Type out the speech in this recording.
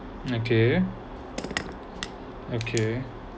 okay okay